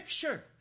picture